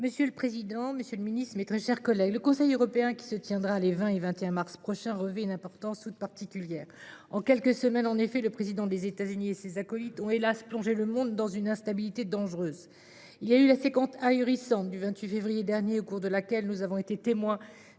Monsieur le président, monsieur le ministre, mes chers collègues, le Conseil européen qui se tiendra les 20 et 21 mars prochain revêt une importance toute particulière. En quelques semaines, le président des États Unis et ses acolytes ont, hélas ! plongé le monde dans une instabilité dangereuse. Il y a eu la séquence ahurissante du 28 février dernier, au cours de laquelle nous avons été témoins